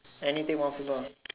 anything want full bar